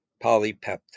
polypeptide